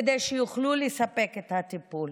כדי שיוכלו לספק את הטיפול.